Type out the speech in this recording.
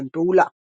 אופן פעולה